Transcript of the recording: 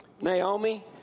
Naomi